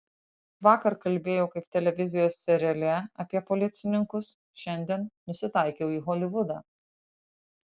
vakar kalbėjau kaip televizijos seriale apie policininkus šiandien nusitaikiau į holivudą